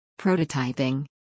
prototyping